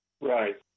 Right